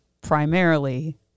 primarily